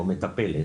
או מטפלת